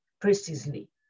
precisely